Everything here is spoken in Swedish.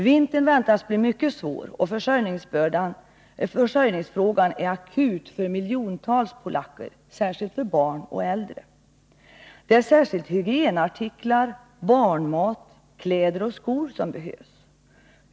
Vintern väntas bli mycket svår, och försörjningsfrågan är akut för miljontals polacker, särskilt för barn och äldre. Det är i första hand hygienartiklar, barnmat, kläder och skor som behövs.